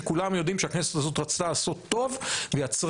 שכולם יודעים שהכנסת הזאת רצתה לעשות טוב ויצרה